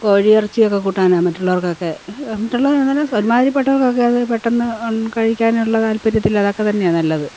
കോഴിയിറച്ചിയൊക്കെ കൂട്ടാനാണ് മറ്റുള്ളവർക്കൊക്കെ മറ്റുള്ളവരങ്ങനെ ഒരുമാതിരിപ്പെട്ടവർക്കൊക്കെ അത് പെട്ടെന്ന് കഴിക്കാനുള്ള താൽപര്യത്തിലതൊക്കെ തന്നെയാണ് നല്ലത്